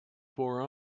fore